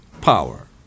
power